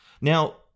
Now